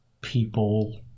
people